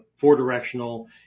four-directional